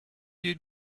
you